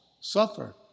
suffer